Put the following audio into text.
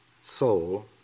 soul